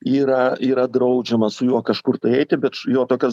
yra yra draudžiama su juo kažkur tai eiti bet jo tokias